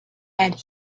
and